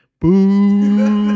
boom